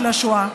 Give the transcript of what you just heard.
של השואה,